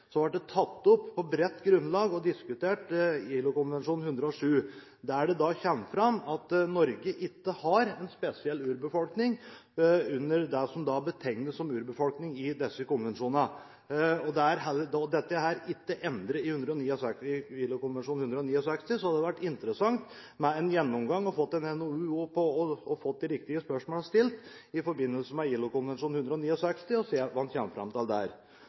Så til det med urfolks rettigheter. Da ILO-konvensjon nr. 169 ble ratifisert, var det en revisjon av ILO-konvensjon nr. 107, og i NOU 1980:53 ble ILO-konvensjon nr. 107 tatt opp på bredt grunnlag og diskutert. Da kom det fram at Norge ikke har en spesiell urbefolkning under det som betegnes som urbefolkning i disse konvensjonene. Dette er ikke endret i ILO-konvensjon nr. 169. Så det hadde vært interessant med en gjennomgang og at en kunne ha fått en NOU hvor man hadde stilt de riktige spørsmålene i forbindelse med